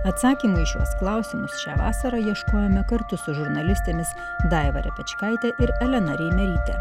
atsakymų į šiuos klausimus šią vasarą ieškojome kartu su žurnalistėmis daiva repečkaite ir elena reimeryte